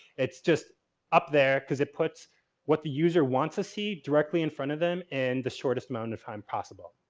it's just up there because it puts what the user wants to see directly in front of them in and the shortest amount of time possible.